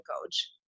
coach